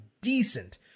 decent